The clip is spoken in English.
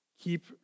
keep